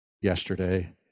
yesterday